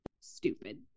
Stupid